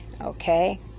okay